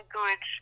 good